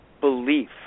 belief